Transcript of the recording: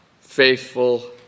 Faithful